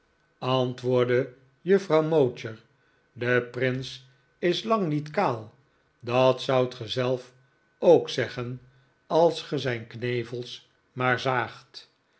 antwoordde juffrouw mowcher de prins is lang niet kaal dat zoudt ge zelf ook zeggen als ge zijn knevels maar zaagt